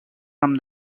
from